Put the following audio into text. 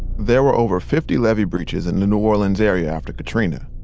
there were over fifty levee breaches in the new orleans area after katrina.